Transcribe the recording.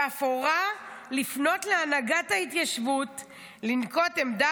ואף הורה לפנות להנהגת ההתיישבות לנקוט עמדה